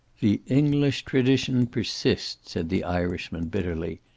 the english tradition persists, said the irishman, bitterly.